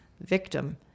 victim